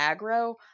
aggro